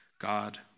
God